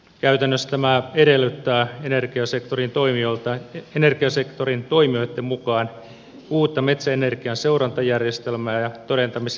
käytännössä tämä edellyttää energiasektorin toimijoitten mukaan uutta metsäenergian seurantajärjestelmää ja todentamisjärjestelmää